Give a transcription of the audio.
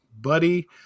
Buddy